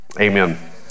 amen